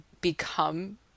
become